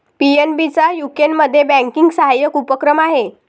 PNB चा यूकेमध्ये banking सहाय्यक उपक्रम आहे